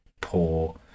poor